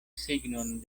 signon